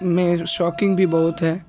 میں شاکنگ بھی بہت ہے